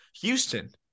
Houston